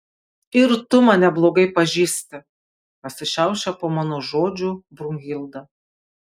ir tu mane blogai pažįsti pasišiaušia po mano žodžių brunhilda